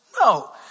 No